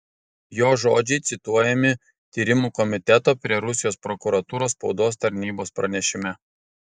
jo žodžiai cituojami tyrimų komiteto prie rusijos prokuratūros spaudos tarnybos pranešime